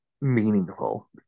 meaningful